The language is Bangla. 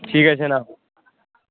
ঠিক আছে নাও